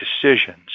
decisions